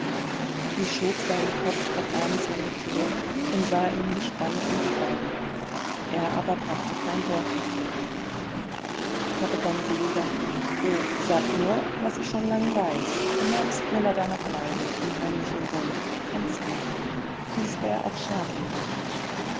sie schob seinen kopf auf armeslänge zurück und sah ihm gespannt in die augen er aber brachte kein wort hervor da begann sie wieder oh sag nur was ich schon lang weiß du magst nimmer dableiben im heimlichen grund du kannst nicht und es wär auch schad um dich